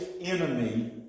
enemy